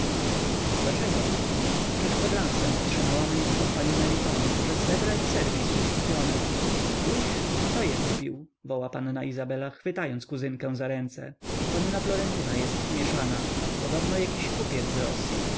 dlaczego przed kwadransem otrzymałam list od pani meliton że srebra i serwis już kupione już kto je kupił woła panna izabela chwytając kuzynkę za ręce panna florentyna jest zmieszana podobno jakiś kupiec z rosyi